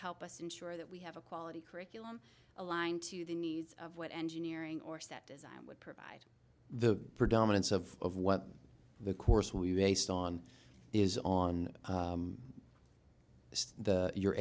help us ensure that we have a quality curriculum aligned to the needs of what engineering or set design would provide the predominance of of what the course we based on is on this your